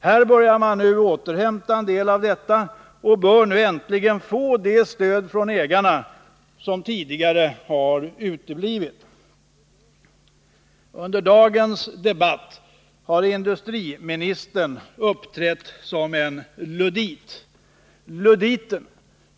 Nu börjar man återhämta en del av detta, och varvet bör äntligen få det stöd från ägarna som tidigare uteblivit. Under dagens debatt har industriministern uppträtt som en luddit.